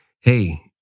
Hey